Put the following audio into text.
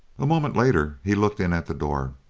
a moment later he looked in at the door.